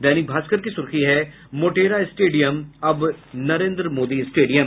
दैनिक भास्कर की सुर्खी है मोटेरा स्टेडियम अब नरेन्द्र मोदी स्टेडियम